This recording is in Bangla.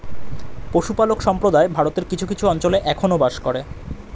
পশুপালক সম্প্রদায় ভারতের কিছু কিছু অঞ্চলে এখনো বাস করে